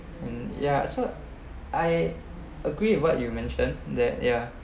um ya so I agree with what you mention that ya